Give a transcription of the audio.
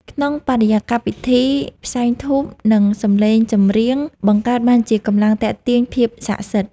ក្នុងបរិយាកាសពិធី ផ្សែងធូប និងសំឡេងចម្រៀងបង្កើតបានជាកម្លាំងទាក់ទាញភាពសក្ដិសិទ្ធិ។